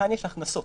וכאן יש הכנסות